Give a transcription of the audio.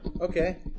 Okay